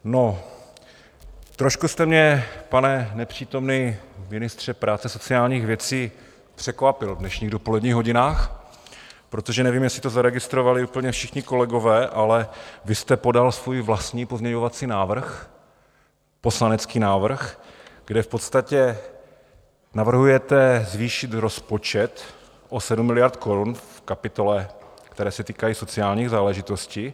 No, trošku jste mě, pane nepřítomný ministře práce a sociálních věcí, překvapil v dnešních dopoledních hodinách, protože nevím, jestli to zaregistrovali úplně všichni kolegové, ale vy jste podal svůj vlastní pozměňovací návrh, poslanecký návrh, kde v podstatě navrhujete zvýšit rozpočet o 7 miliard korun v kapitole, které se týkají sociálních záležitosti.